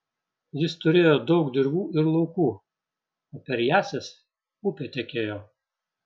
jis turėjo daug dirvų ir laukų o per jąsias upė tekėjo